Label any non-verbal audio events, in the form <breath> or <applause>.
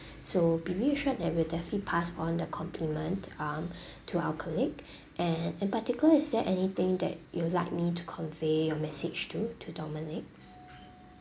<breath> so be reassured that we'll definitely pass on the compliment um <breath> to our colleague <breath> and in particular is there anything that you would like me to convey your message to to dominic